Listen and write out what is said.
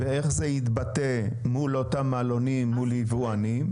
ואיך זה יתבטא מול אותם מעלונים מול יבואנים?